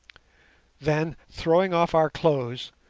then throwing off our clothes,